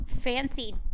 fancy